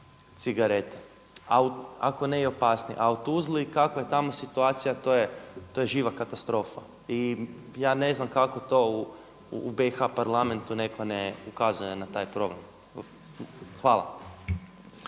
cigarete ako ne i opasniji a u Tuzli kakva je tamo situacija to je živa katastrofa. I ja ne znam kako to u BiH Parlamentu netko ne ukazuje na taj problem. Hvala.